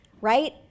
right